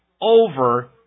over